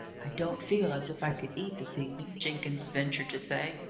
i don't feel as if i could eat this evening, jenkins ventured to say.